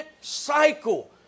cycle